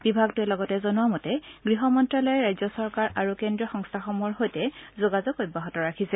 বিভাগটোৱে লগতে জনোৱা মতে গৃহ মন্নালয়ে ৰাজ্য চৰকাৰ আৰু কেন্দ্ৰীয় সংস্থাসমূহৰ সৈতে যোগাযোগ অব্যাহত ৰাখিছে